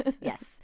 yes